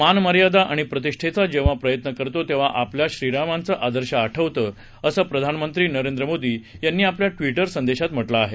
मानमर्यादा आणि प्रतिष्ठेचा जेव्हा प्रयत्न करतो तेव्हा आपल्या श्रीरामांचं आदर्श आठवतं असं प्रधानमंत्री यांनी आपल्या ट्वीटर संदेशात म्हटलं आहे